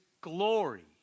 glory